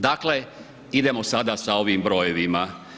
Dakle, idemo sada sa ovim brojevima.